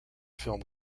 film